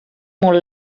molt